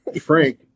Frank